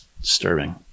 disturbing